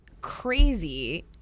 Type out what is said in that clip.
crazy